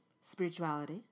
spirituality